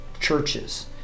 churches